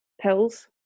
pills